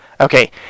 Okay